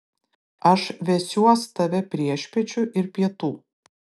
aš vesiuos tave priešpiečių ir pietų